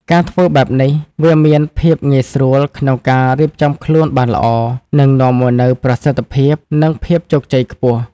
ការធ្វើបែបនេះវាមានភាពងាយស្រួលក្នុងការ រៀបចំខ្លួនបានល្អ នឹងនាំមកនូវប្រសិទ្ធភាព និងភាពជោគជ័យខ្ពស់ ។